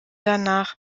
danach